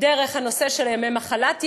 דרך נושא של ימי מחלת ילד,